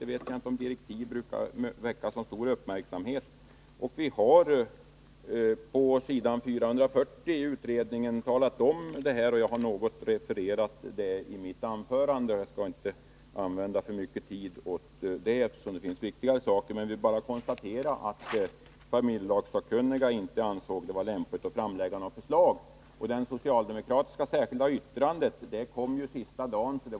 Jag vet inte om direktiv brukar väcka så stor uppmärksamhet. Vi har på s. 440 i utredningens betänkande redovisat förhållandena, och jag har något refererat synpunkterna i mitt inlägg. Jag skall inte ägna så mycket tid åt det nu, eftersom det finns viktigare saker. Jag vill bara konstatera att familjelagssakkunniga inte ansåg det vara lämpligt att framlägga något förslag. Det socialdemokratiska särskilda yttrandet kom ju sista dagen.